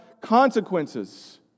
consequences